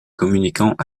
communiquant